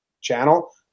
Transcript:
channel